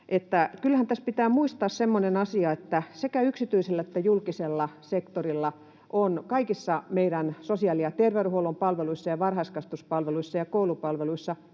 tässä pitää muistaa semmoinen asia, että sekä yksityisellä että julkisella sektorilla on kaikissa meidän sosiaali- ja terveydenhuollon palveluissa ja varhaiskasvatuspalveluissa ja koulupalveluissa